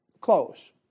Close